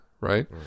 right